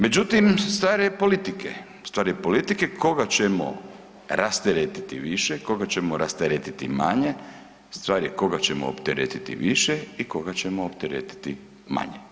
Međutim, stvar je politike, stvar je politike koga ćemo rasteretiti više, koga ćemo rasteretiti manje, stvar je koga ćemo opteretiti više i koga ćemo opteretiti manje.